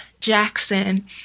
Jackson